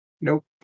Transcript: Nope